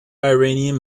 iranian